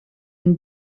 and